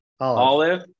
olive